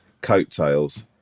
coattails